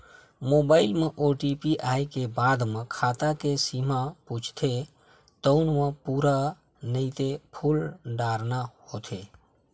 mobile म OTP आए के बाद म खाता के सीमा पूछथे तउन म पूरा नइते फूल डारना होथे